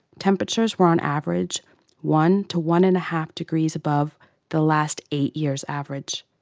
temperatures were on average one to one-and-a-half degrees above the last eight years average.